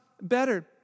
better